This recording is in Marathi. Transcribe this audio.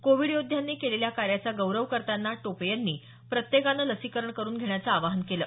कोविड योद्ध्यांनी केलेल्या कार्याचा गौरव करताना टोपे यांनी प्रत्येकानं लसीकरण करून घेण्याचं आवाहन केलं